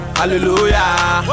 hallelujah